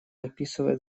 описывает